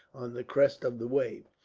on the crest of the wave.